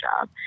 job